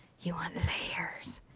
you want layers.